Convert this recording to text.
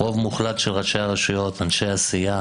רוב מוחלט של ראשי הרשויות הם אנשי עשייה,